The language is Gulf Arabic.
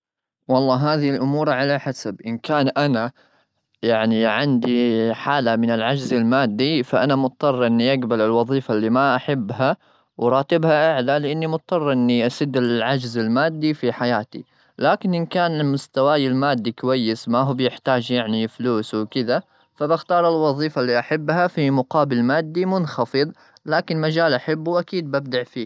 والله، هذي الأمور على حسب. إن كان أنا يعني عندي حالة من العجز المادي، فأنا مضطرة إني أجبل الوظيفة اللي ما أحبها وراتبها أعلى، لأني مضطر إني أسد العجز المادي في حياتي. لكن إن كان من مستواي المادي كويس، ما هو بيحتاج يعني فلوس وكذا، فبختار الوظيفة اللي أحبها في مقابل مادي منخفض. لكن مجال أحبه، أكيد ببدع.